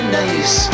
nice